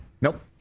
nope